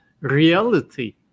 reality